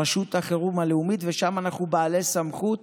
רשות החירום הלאומית, ושם אנחנו בעלי סמכות